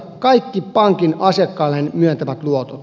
kaikki pankin asiakkailleen myöntämät luotot